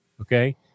Okay